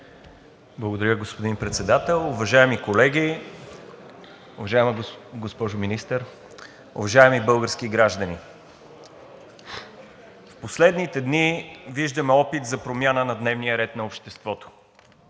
Благодаря, господин Председател. Уважаеми колеги, уважаема госпожо Министър, уважаеми български граждани! В последните дни виждаме опит за промяна на дневния ред на обществото.